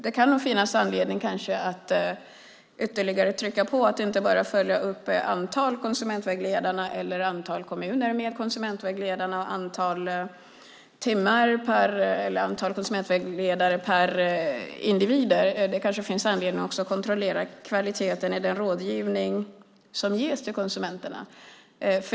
Det kan kanske finnas anledning att ytterligare trycka på att de inte bara ska följa upp antal konsumentvägledare eller antal kommuner med konsumentvägledare och antal konsumentvägledare per individ. Det kanske finns anledning att också kontrollera kvaliteten i den rådgivning som ges till konsumenterna.